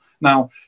Now